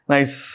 Nice